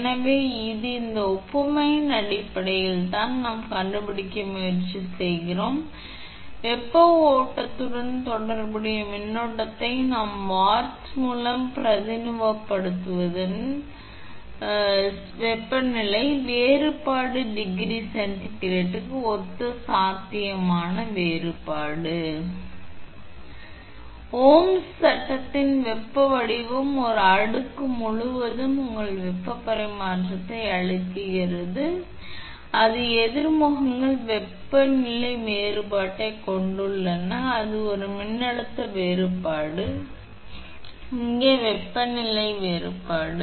எனவே இது இந்த ஒப்புமையின் அடிப்படையில் தான் நாம் கண்டுபிடிக்க முயற்சி செய்கிறோம் வெப்ப ஓட்டத்துடன் தொடர்புடைய மின்னோட்டத்தை நாம் வாட்ஸ் மற்றும் பிரதிநிதித்துவப்படுத்தும் வெப்பநிலை வேறுபாடு டிகிரி சென்டிகிரேடுக்கு ஒத்த சாத்தியமான வேறுபாடு ஆகியவற்றில் பிரதிநிதித்துவம் செய்வோம் ஓம்ஸ் சட்டத்தின் வெப்ப வடிவம் ஒரு அடுக்கு முழுவதும் உங்கள் வெப்ப பரிமாற்றத்தை அளிக்கிறது அதன் எதிர் முகங்கள் வெப்பநிலை வேறுபாட்டைக் கொண்டுள்ளன அங்கு ஒரு மின்னழுத்த வேறுபாடு இங்கே வெப்பநிலை வேறுபாடு